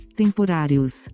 temporários